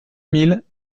mille